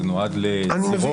זה נועד לסירות